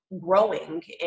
growing